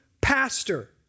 pastor